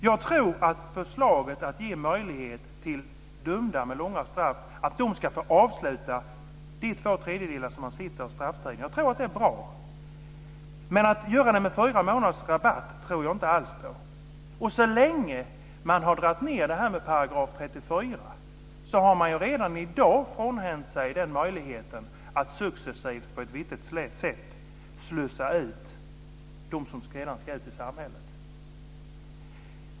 Jag tror att förslaget att ge möjlighet för dömda med långa straff att avsluta de två tredjedelar som de sitter av strafftiden är bra, men att göra det med fyra månaders rabatt tror jag inte alls på. Så länge man har dragit ned på detta med § 34 har man redan i dag frånhänt sig möjligheten att successivt på ett vettigt sätt slussa ut dem som ska ut i samhället.